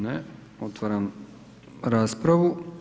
Ne, otvaram raspravu.